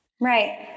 Right